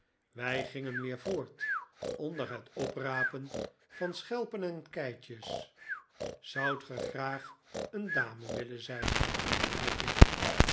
wij gingen weer voort onder het oprapen van schelpen en keitjes zoudt ge graag een dame willen zijn vroeg ik